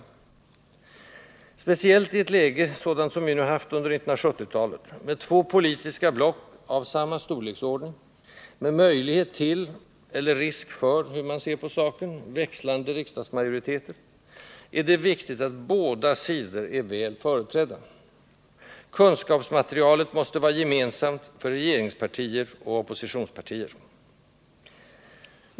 Speciellt i ett läge sådant som det vi nu haft under 1970-talet, med två politiska block av samma storleksordning, med möjlighet till eller risk för — hur man nu ser på saken — växlande riksdagsmajoriteter, är det viktigt att båda sidor är väl företrädda. Kunskapsmaterialet måste vara gemensamt för regeringspartier och oppositionspartier.